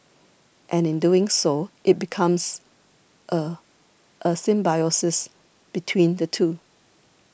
and in doing so it becomes a a symbiosis between the two